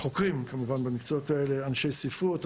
אנשי ספרות,